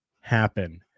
happen